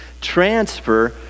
transfer